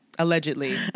Allegedly